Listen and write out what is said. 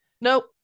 nope